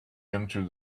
into